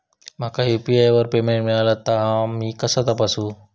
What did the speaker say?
माका यू.पी.आय वर पेमेंट मिळाला हा ता मी कसा तपासू?